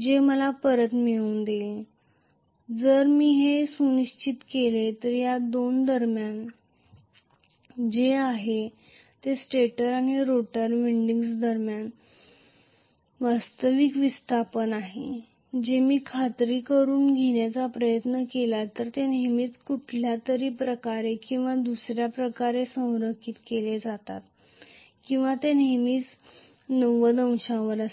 जे मला परत मिळवून देईल जर मी हे सुनिश्चित केले की या दोन दरम्यान जे काही आहे जे स्टेटर आणि रोटर विंडिंग्ज दरम्यान वास्तविक विस्थापन आहे जे मी खात्री करुन घेण्याचा प्रयत्न केला तर हे नेहमीच कुठल्या तरी प्रकारे किंवा दुसऱ्या प्रकारे संरेखित केले जातात किंवा ते नेहमीच 90 अंशांवर असतात